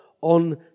on